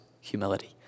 humility